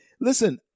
listen